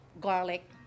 garlic